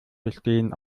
bestehen